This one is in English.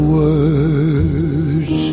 words